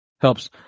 helps